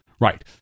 Right